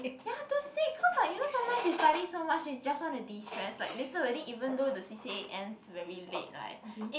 ya two six cause ah you know sometimes you study so much then just want to distress like later already even though the c_c_a sends very late [right] it